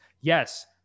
Yes